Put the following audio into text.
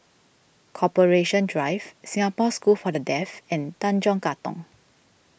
Corporation Drive Singapore School for the Deaf and Tanjong Katong